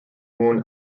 mun